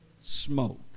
smoke